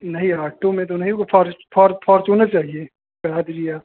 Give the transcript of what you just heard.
नहीं आटो में तो नहीं होगा फॉर फाॅर फॉरचूनर चाहिए करा दीजिए आप